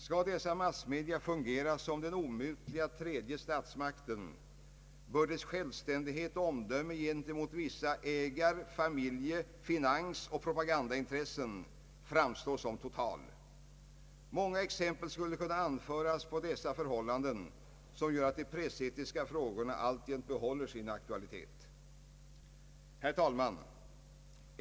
Skall massmedia fungera som den omutliga tredje statsmakten, bör deras självständighet och omdöme gentemot vissa ägar-, familje-, finansoch propagandaintressen framstå som total. Många exempel skulle kunna anföras på förhållanden som gör att de pressetiska frågorna alltjämt behåller sin aktualitet. Herr talman!